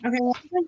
okay